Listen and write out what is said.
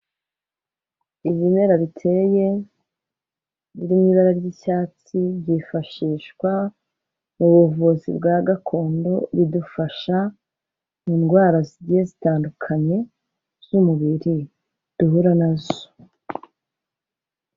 Ibimera biteye biri mu ibara ry'icyatsi, byifashishwa mu buvuzi bwa gakondo, bidufasha mu ndwara zigiye zitandukanye z'umubiri duhura na zo.